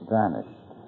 vanished